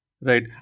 Right